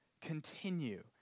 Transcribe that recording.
continue